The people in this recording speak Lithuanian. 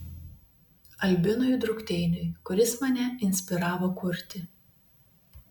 albinui drukteiniui kuris mane inspiravo kurti